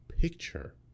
picture